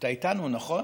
אתה איתנו, נכון?